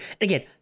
Again